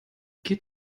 geht